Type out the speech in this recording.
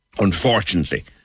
Unfortunately